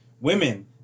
Women